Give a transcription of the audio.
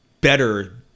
better